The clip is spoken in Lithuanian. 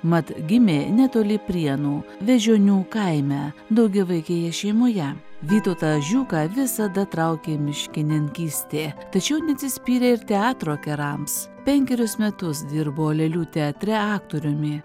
mat gimė netoli prienų vėžionių kaime daugiavaikėje šeimoje vytautą žiūką visada traukė miškininkystė tačiau neatsispyrė ir teatro kerams penkerius metus dirbo lėlių teatre aktoriumi